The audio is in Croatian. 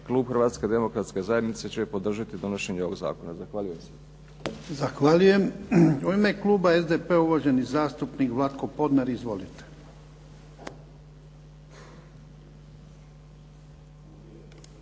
klub Hrvatske demokratske zajednice će podržati donošenje ovog zakona. Zahvaljujem se. **Jarnjak, Ivan (HDZ)** Zahvaljujem. U ime kluba SDP-a uvaženi zastupnik Vlatko Podnar. Izvolite.